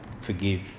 forgive